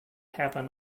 happen